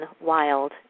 wild